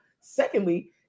secondly